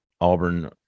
Auburn